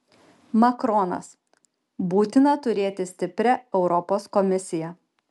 makronas būtina turėti stiprią europos komisiją